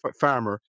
farmer